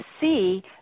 see